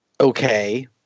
okay